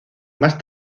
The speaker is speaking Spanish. más